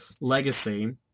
legacy